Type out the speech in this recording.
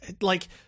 like-